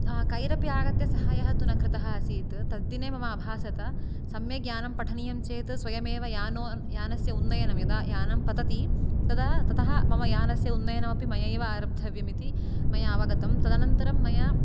कैरपि आगत्य सहायः तु न कृतः आसीत् तद्दिने मम अभासत सम्यक् यानं पठनीयं चेत् स्वयमेव यानो यानस्य उन्नयनं यदा यानं पतति तदा ततः मम यानस्य उन्नयनमपि मयैव आरब्धव्यमिति मया अवगतं तदनन्तरं मया